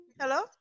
Hello